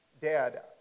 Dad